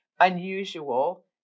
unusual